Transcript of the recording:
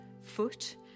foot